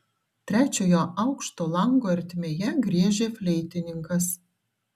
trečiojo aukšto lango ertmėje griežia fleitininkas